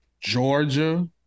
Georgia